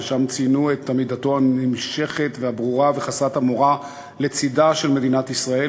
ושם ציינו את עמידתו הנמשכת והברורה וחסרת המורא לצדה של מדינת ישראל,